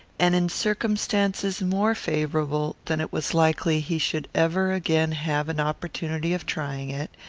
and in circumstances more favourable than it was likely he should ever again have an opportunity of trying it,